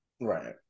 Right